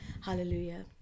Hallelujah